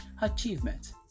achievement